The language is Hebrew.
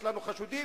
יש לנו חשודים,